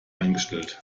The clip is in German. eingestellt